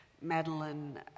Madeline